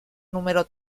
número